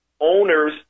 owners